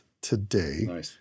today